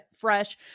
fresh